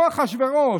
הוא כמו אחשוורוש,